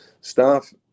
staff